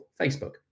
Facebook